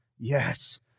Yes